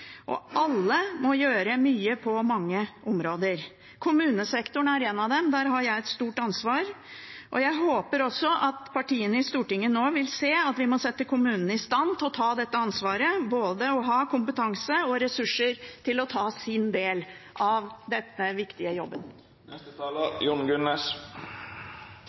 Alle må gjøre mye på mange områder. Kommunesektoren er en av dem. Der har jeg et stort ansvar, og jeg håper også at partiene i Stortinget nå vil se at vi må sette kommunene i stand til å ta dette ansvaret, slik at de har både kompetanse og ressurser til å ta sin del av denne viktige jobben.